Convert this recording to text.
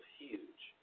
huge